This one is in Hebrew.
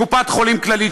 קופת-חולים כללית,